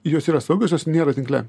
jos yra saugios jos nėra tinkle